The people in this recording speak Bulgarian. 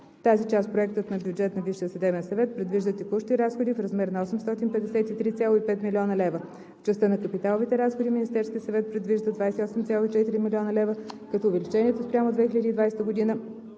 тази част проектът на бюджет на Висшия съдебен съвет предвижда текущи разходи в размер на 853,5 млн. лв. В частта на капиталовите разходи Министерският съвет предвижда 28,4 млн. лв., като увеличението спрямо 2020 г.